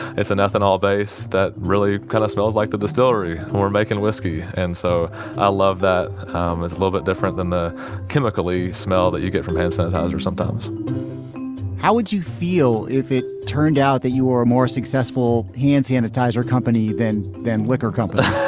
it's an ethanol base that really kind of smells like the distillery. we're making whiskey. and so i love that um that little bit different than the chemically smell that you get from hand sanitizer sometimes how would you feel if it turned out that you were a more successful hand sanitizer company than than liquor company?